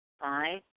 Five